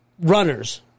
Runners